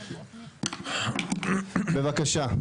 בבקשה.